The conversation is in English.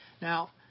Now